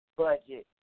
budget